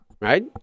Right